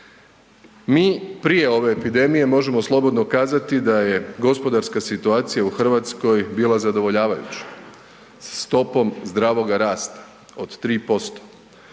Mi prije ove epidemije možemo slobodno kazati da je gospodarska situacija u Hrvatskoj bila zadovoljavajuća sa stopom zdravoga rasta od 3%,